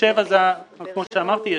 כמו שאמרתי,